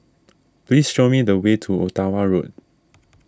please show me the way to Ottawa Road